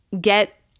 get